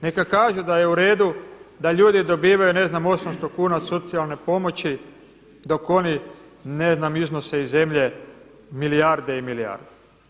Neka kaže da je uredu da ljudi dobivaju ne znam 800 kuna socijalne pomoći dok oni ne znam iznose iz zemlje milijarde i milijarde.